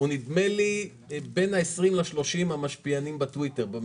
נדמה לי שהוא בין ה-20 או ה-30 המשפיענים בטוויטר.